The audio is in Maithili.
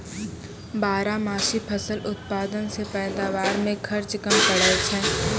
बारहमासी फसल उत्पादन से पैदावार मे खर्च कम पड़ै छै